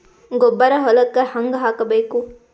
ಗೊಬ್ಬರ ಹೊಲಕ್ಕ ಹಂಗ್ ಹಾಕಬೇಕು?